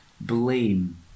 blame